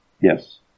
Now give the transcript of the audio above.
Yes